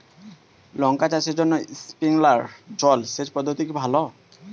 লঙ্কা চাষের জন্য স্প্রিংলার জল সেচ পদ্ধতি কি ভালো?